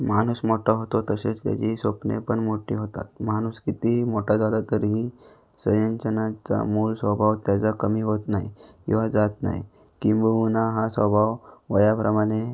माणूस मोठा होतो तशीच त्याची स्वप्ने पण मोठी होतात माणूस कितीही मोठा झाला तरीही संचयनाचा मूळ स्वभाव त्याचा कमी होत नाही किंवा जात नाही किंबहुना हा स्वभाव वयाप्रमाणे